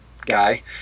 guy